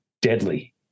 deadly